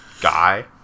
guy